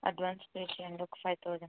advance pay చేయండి ఒక five thousand